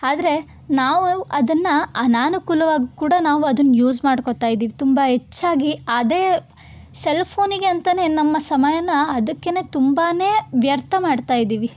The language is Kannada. ಆದರೆ ನಾವು ಅದನ್ನು ಅನನುಕೂಲವಾಗಿ ಕೂಡ ನಾವು ಅದನ್ನ ಯೂಸ್ ಮಾಡ್ಕೋತಾ ಇದೀವಿ ತುಂಬ ಹೆಚ್ಚಾಗಿ ಅದೇ ಸೆಲ್ ಫೋನಿಗೇ ಅಂತನೇ ನಮ್ಮ ಸಮಯನ ಅದಕ್ಕೇ ತುಂಬಾ ವ್ಯರ್ಥ ಮಾಡ್ತಾ ಇದೀವಿ